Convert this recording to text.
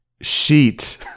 sheet